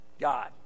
God